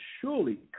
surely